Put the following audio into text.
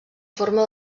forma